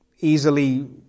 easily